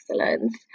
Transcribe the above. Excellence